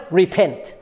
repent